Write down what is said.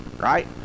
right